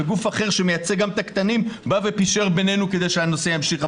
וגוף אחר שמייצג גם את הקטנים בא ופישר בינינו כדי שהנושא ימשיך.